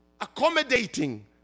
accommodating